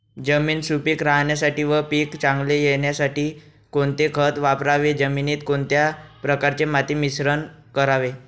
जमीन सुपिक राहण्यासाठी व पीक चांगले येण्यासाठी कोणते खत वापरावे? जमिनीत कोणत्या प्रकारचे माती मिश्रण करावे?